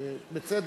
ובצדק.